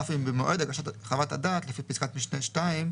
אף אם במועד הגשת חוות הדעת לפי פסקת משנה (2)